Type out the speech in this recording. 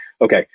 okay